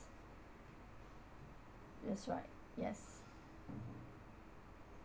that's right yes